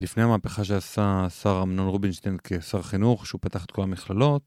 לפני המהפכה שעשה השר אמנון רובינשטיין כשר חינוך שהוא פתח את כל המכללות